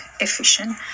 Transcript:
efficient